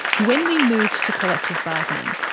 when we moved to collective bargaining,